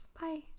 Bye